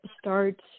start